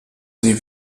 sie